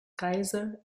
geyser